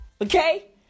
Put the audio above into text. okay